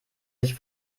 sich